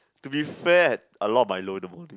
to be fed a lot of Milo in the morning